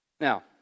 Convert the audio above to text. Now